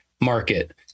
market